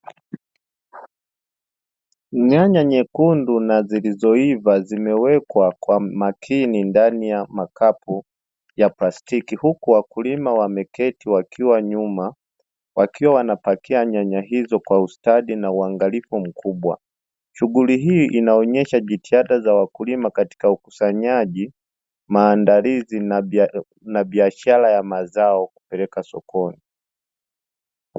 Nyanya nyekundu na zilizoiva zimewekwa kwa makini ndani ya makapu, ya plastiki huku wakulima wakiwa wameketi wakiwa nyuma, wakiwa wanapakia nyanya hizo kwa ustadi na uangalifu mkubwa, shughuli hii inaonesha jitihada za wakulima katika ukusanyaji, maandalizi na biashara ya mazao kupeleka sokoni.